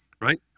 right